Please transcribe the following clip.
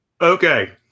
Okay